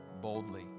boldly